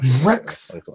Rex